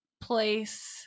place